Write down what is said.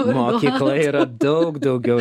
mokykla yra daug daugiau